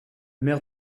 maire